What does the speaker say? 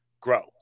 grow